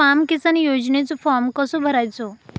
स्माम किसान योजनेचो फॉर्म कसो भरायचो?